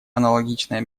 аналогичное